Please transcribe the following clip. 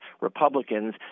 Republicans